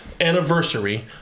anniversary